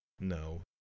No